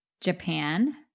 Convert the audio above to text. Japan